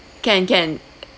can can